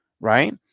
right